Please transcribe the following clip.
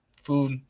food